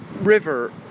river